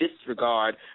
disregard